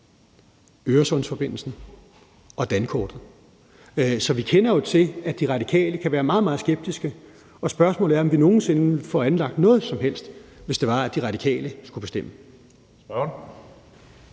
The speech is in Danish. Øresundsforbindelsen og dankortet. Så vi kender jo til, at De Radikale kan være meget, meget skeptiske, og spørgsmålet er, om vi nogen sinde fik anlagt noget som helst, hvis det var De Radikale, der skulle bestemme. Kl.